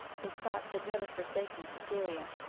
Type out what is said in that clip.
his thoughts had never forsaken cytherea,